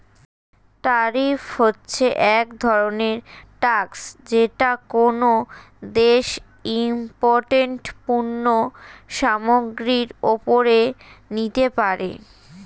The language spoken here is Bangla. ট্যারিফ হচ্ছে এক ধরনের ট্যাক্স যেটা কোনো দেশ ইমপোর্টেড পণ্য সামগ্রীর ওপরে নিতে পারে